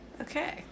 okay